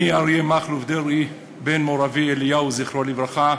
אני, אריה מכלוף דרעי, בן אליהו, זכרו לברכה,